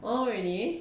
one hour already